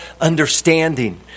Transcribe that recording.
understanding